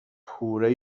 پوره